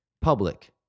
Public